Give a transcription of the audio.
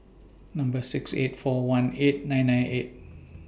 Number six eight four one eight nine nine eight